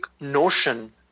notion